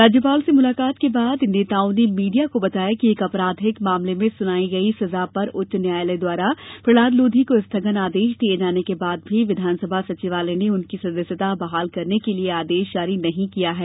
राज्यपाल से मुलाकात के बाद इन नेताओं ने मीडिया को बताया कि एक आपराधिक मामले में सुनाई गई सजा पर उच्च न्यायालय द्वारा प्रहलाद लोधी को स्थगन आदेश दिये जाने के बाद भी विधानसभा सचिवालय ने उनकी सदस्यता बहाल करने के लिये आदेश जारी नहीं किया गया है